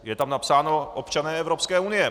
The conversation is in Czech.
Je tam napsáno občané Evropské unie.